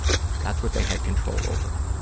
that's what they had control over,